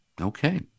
Okay